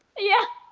yeah.